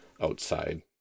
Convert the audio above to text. outside